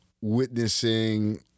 witnessing